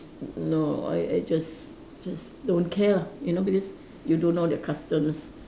n~ no I I just just don't care lah you know because you don't know their customs